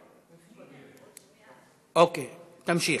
אוקיי, תמשיך.